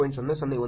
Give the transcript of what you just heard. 001 ಮತ್ತು Cc 0